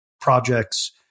projects